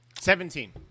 Seventeen